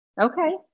Okay